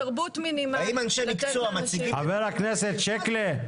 אנשי מקצוע מציגים --- ח"כ שיקלי,